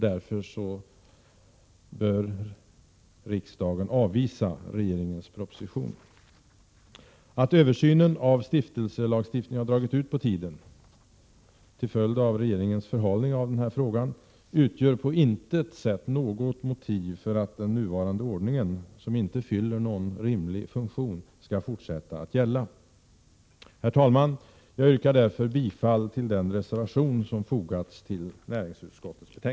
Därför bör riksdagen avvisa regeringens proposition. Att översynen av stiftelselagstiftningen har dragit ut på tiden — till följd av regeringens förhalning av frågan — utgör på intet sätt något motiv för att den nuvarande ordningen, som inte fyller någon rimlig funktion, skall fortsätta att gälla. Herr talman! Jag yrkar bifall till den reservation som fogats till näringsutskottets betänkande.